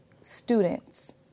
students